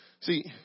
See